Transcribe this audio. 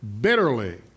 bitterly